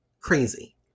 crazy